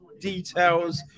details